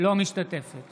אינה משתתפת